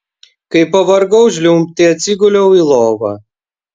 kai pavargau žliumbti atsiguliau į lovą